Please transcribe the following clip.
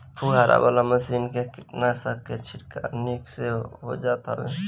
फुहारा वाला मशीन से कीटनाशक के छिड़काव निक से हो जात हवे